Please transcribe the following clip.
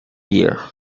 year